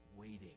waiting